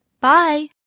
Bye